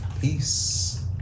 Peace